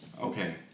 Okay